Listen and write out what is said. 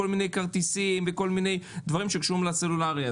בכל מיני כרטיסים ודברים שקשורים לסלולרי?